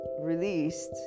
released